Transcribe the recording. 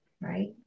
right